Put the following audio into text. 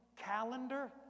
calendar